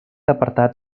apartat